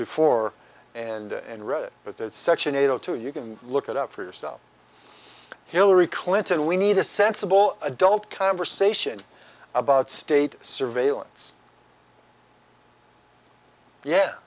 before and read it but that section eight o two you can look it up for yourself hillary clinton we need a sensible adult conversation about state surveillance ye